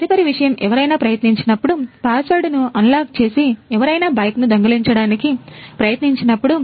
తదుపరి విషయం ఎవరైనా ప్రయత్నించినప్పుడు పాస్వర్డ్ను అన్లాక్ చేసి ఎవరైనా బైక్ను దొంగిలించడానికి ప్రయత్నించినప్పుడు